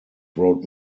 wrote